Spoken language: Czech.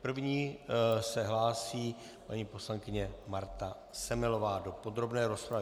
První se hlásí paní poslankyně Marta Semelová do podrobné rozpravy.